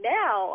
now